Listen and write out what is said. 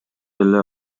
эле